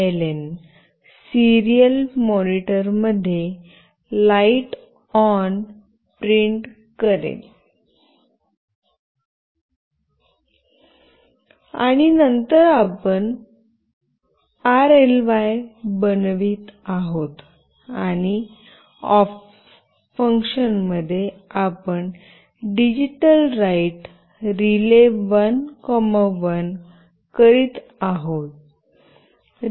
println serial monitor मध्ये "light on " print करेल आणि नंतर आपण "rly" बनवित आहोत आणि ऑफ फंक्शनमध्ये आपण डिजिटलराईट RELAY1 1 करत आहोत